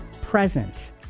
present